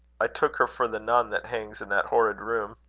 i took her for the nun that hangs in that horrid room.